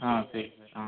ஆ சரி சார் ஆ